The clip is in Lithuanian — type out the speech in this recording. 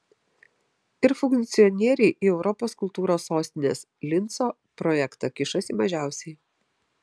ir funkcionieriai į europos kultūros sostinės linco projektą kišasi mažiausiai